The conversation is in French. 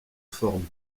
forme